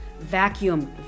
Vacuum